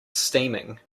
steaming